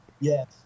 Yes